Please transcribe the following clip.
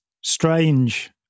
strange